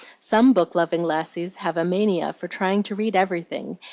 some book-loving lassies have a mania for trying to read everything,